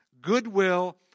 goodwill